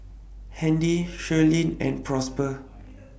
Handy Sherilyn and Prosper